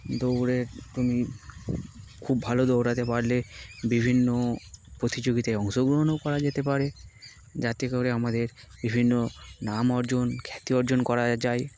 দৌড়ে তুমি খুব ভালো দৌড়াতে পারলে বিভিন্ন প্রতিযোগিতায় অংশগ্রহণও করা যেতে পারে যাতে করে আমাদের বিভিন্ন নাম অর্জন খ্যাতি অর্জন করা যায়